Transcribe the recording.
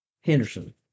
Henderson